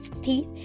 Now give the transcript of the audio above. teeth